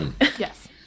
yes